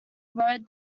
wrote